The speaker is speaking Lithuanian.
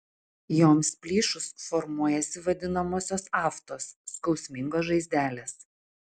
joms plyšus formuojasi vadinamosios aftos skausmingos žaizdelės